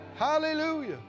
Hallelujah